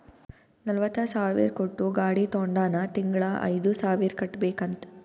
ನಲ್ವತ ಸಾವಿರ್ ಕೊಟ್ಟು ಗಾಡಿ ತೊಂಡಾನ ತಿಂಗಳಾ ಐಯ್ದು ಸಾವಿರ್ ಕಟ್ಬೇಕ್ ಅಂತ್